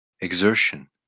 exertion